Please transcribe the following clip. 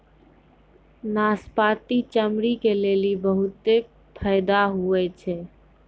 नाशपती चमड़ी के लेली बहुते फैदा हुवै छै